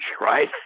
right